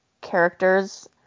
characters